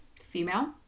female